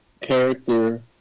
character